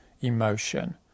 emotion